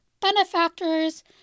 benefactors